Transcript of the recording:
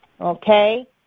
okay